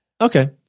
Okay